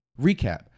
recap